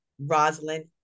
Rosalind